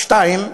שתיים,